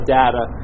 data